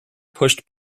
pushed